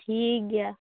ᱴᱷᱤᱠᱜᱮᱭᱟ